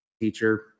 teacher